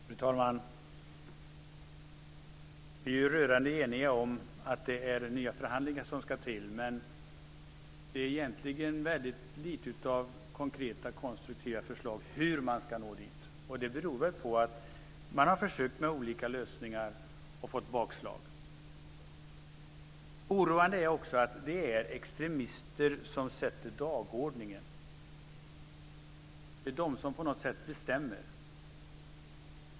Fru talman! Vi är rörande eniga om att det är nya förhandlingar som ska till. Men det är egentligen väldigt lite av konkreta och konstruktiva förslag till hur man ska nå dit. Det beror väl på att man har försökt med olika lösningar och fått bakslag. Det är också oroande att det är extremister som sätter dagordningen. Det är de som på något sätt bestämmer.